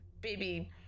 baby